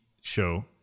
show